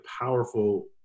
powerful